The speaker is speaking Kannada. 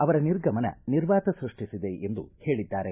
ಅವರ ನಿರ್ಗಮನ ನಿರ್ವಾತ ಸೃಷ್ಟಿಸಿದೆ ಎಂದು ಹೇಳಿದ್ದಾರೆ